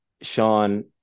Sean